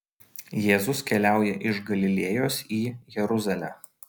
jėzus keliauja iš galilėjos į jeruzalę